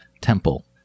temple